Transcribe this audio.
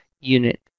Unit